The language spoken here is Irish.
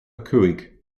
cúig